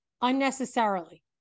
unnecessarily